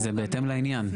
זה בהתאם לעניין.